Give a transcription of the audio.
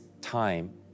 time